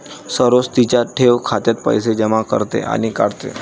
सरोज तिच्या ठेव खात्यात पैसे जमा करते आणि काढते